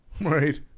Right